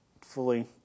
fully